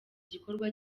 gikorwa